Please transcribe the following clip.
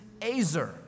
azer